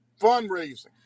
fundraising